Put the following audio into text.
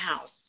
house